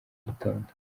gitondo